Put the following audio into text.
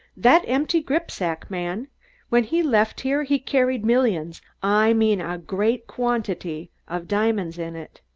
that empty gripsack, man when he left here he carried millions i mean a great quantity of diamonds in it.